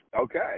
Okay